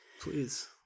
Please